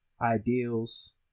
ideals